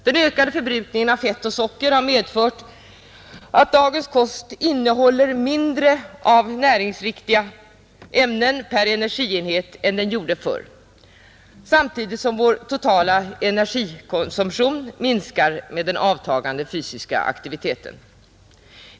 Den ökade förbrukningen av fett och socker har medfört att dagens kost innehåller mindre av näringsriktiga ämnen per energienhet än den gjorde förr samtidigt som vår totala energikonsumtion minskar med den avtagande fysiska aktiviteten.